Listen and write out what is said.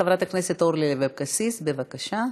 חברת הכנסת אורלי לוי אבקסיס, בבקשה.